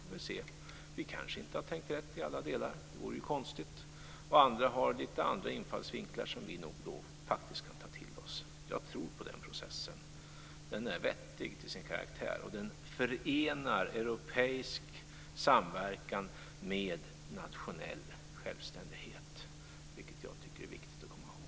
Då kanske det visar sig att vi inte har tänkt rätt i alla delar - det vore ju konstigt. Andra har litet andra infallsvinklar, som vi nog kan ta till oss. Jag tror på den processen, den är vettig till sin karaktär. Den förenar europeisk samverkan med nationell självständighet, vilket jag tycker är viktigt att komma ihåg.